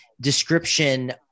description